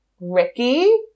Ricky